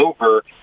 over